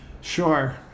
Sure